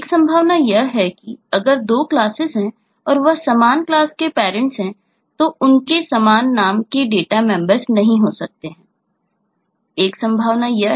एक संभावना यह है कि अगर 2 क्लासेस है और वह समान क्लास के पैरेंट हो सकता है